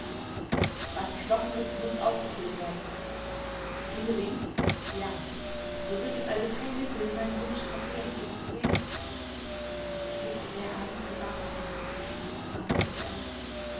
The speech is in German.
was beschlossen ist muß ausgeführt werden unbedingt ja so gibt es also kein mittel meinen wunsch in erfüllung gehen zu sehen er blickte sehr ernst und nachdenklich zu boden dann antwortete er